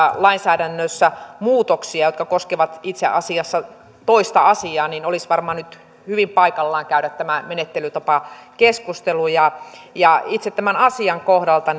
lainsäädännössä muutoksia jotka koskevat itse asiassa toista asiaa olisi varmaan nyt hyvin paikallaan käydä tämä menettelytapakeskustelu itse tämän asian kohdalta